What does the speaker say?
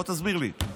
בוא תסביר לי.